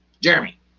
Jeremy